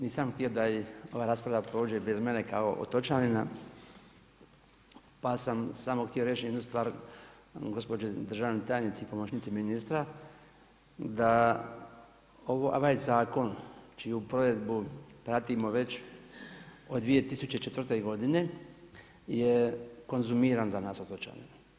Nisam htio da ova rasprava prođe bez mene kao otočanina, pa sam samo htio reći jednu stvar gospođi državnoj tajnici, pomoćnici ministra da ovaj zakon čiju provedbu pratimo već od 2004. godine je konzumiran za nas otočane.